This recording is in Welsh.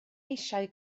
eisiau